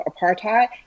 apartheid